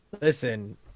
Listen